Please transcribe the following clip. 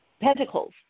pentacles